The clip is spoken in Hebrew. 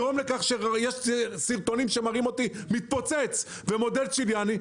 יש סרטונים שמראים אותי מתפוצץ מהמודל הצ'יליאני,